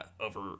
over